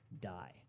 die